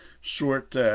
short